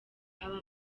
aba